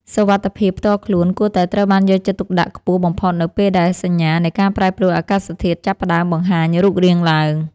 សុវត្ថិភាពផ្ទាល់ខ្លួនគួរតែត្រូវបានយកចិត្តទុកដាក់ខ្ពស់បំផុតនៅពេលដែលសញ្ញានៃការប្រែប្រួលអាកាសធាតុចាប់ផ្តើមបង្ហាញរូបរាងឡើង។